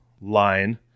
line